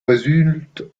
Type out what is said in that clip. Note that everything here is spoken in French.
résulte